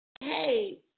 hey